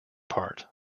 part